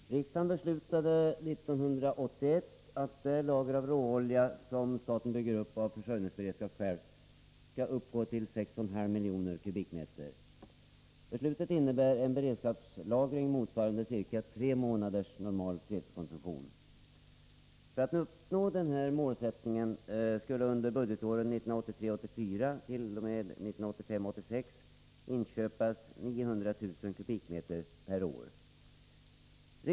Herr talman! Riksdagen beslutade år 1981 att målet när det gäller det lager av råolja som staten bygger upp av försörjningsberedskapsskäl skulle vara att detta skall uppgå till 6,5 miljoner m?. Det innebär en beredskapslagring motsvarande ca tre månaders normal fredskonsumtion. För att uppnå denna målsättning skulle under budgetåren 1983 86 inköpas 900 000 m? per år.